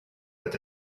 that